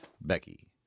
Becky